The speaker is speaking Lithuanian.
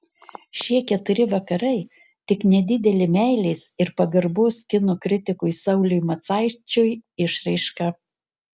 šie keturi vakarai tik nedidelė meilės ir pagarbos kino kritikui sauliui macaičiui išraiška